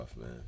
man